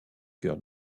cœur